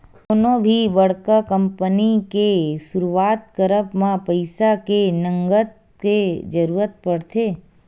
कोनो भी बड़का कंपनी के सुरुवात करब म पइसा के नँगत के जरुरत पड़थे